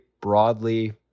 broadly